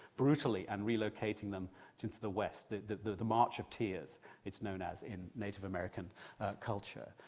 brutally, and relocating them into the west, the the march of tears it's known as in native american culture.